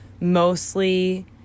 mostly